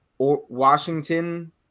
Washington